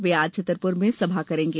वे आज छतरपुर में सभा करेंगे